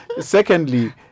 Secondly